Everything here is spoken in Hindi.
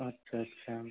अच्छा अच्छा